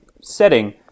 setting